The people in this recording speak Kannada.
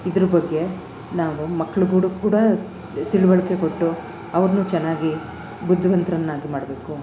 ಇದ್ರ ಬಗ್ಗೆ ನಾವು ಮಕ್ಳುಗುಳುಗೆ ಕೂಡ ತಿಳುವಳಿಕೆ ಕೊಟ್ಟು ಅವರನ್ನು ಚೆನ್ನಾಗಿ ಬುದ್ಧಿವಂತರನ್ನಾಗಿ ಮಾಡಬೇಕು